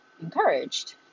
encouraged